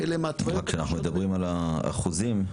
כשאנחנו מדברים על האחוזים.